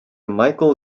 michael